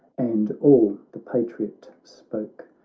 and all the patriot spoke.